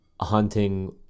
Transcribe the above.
hunting